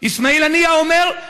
איסמעיל הנייה אומר: